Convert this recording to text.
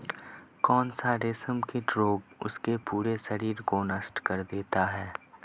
कौन सा रेशमकीट रोग उसके पूरे शरीर को नष्ट कर देता है?